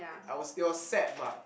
I was it was sad but